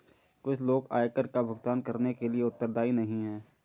कुछ लोग आयकर का भुगतान करने के लिए उत्तरदायी नहीं हैं